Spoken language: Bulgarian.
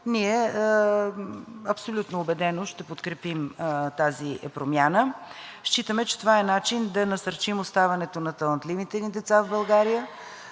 ние абсолютно убедено ще подкрепим тази промяна. Считаме, че това е начин да насърчим оставането на талантливите ни деца в България.